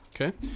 Okay